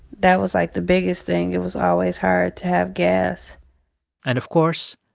that was, like, the biggest thing. it was always hard to have gas and of course,